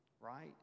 right